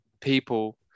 people